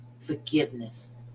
forgiveness